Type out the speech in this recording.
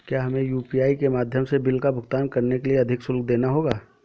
क्या हमें यू.पी.आई के माध्यम से बिल का भुगतान करने के लिए अधिक शुल्क देना होगा?